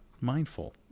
mindful